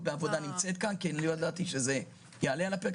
בעבודה נמצאת כאן כי לא עלה על דעתי שזה יעלה על הפרק,